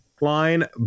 line